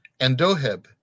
andoheb